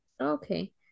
okay